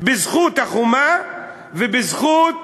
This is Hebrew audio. בזכות החומה ובזכות